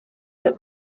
that